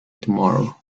tomorrow